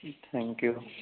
thank you